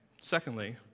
Secondly